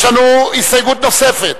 יש לנו הסתייגות נוספת,